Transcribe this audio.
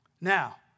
Now